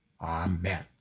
Amen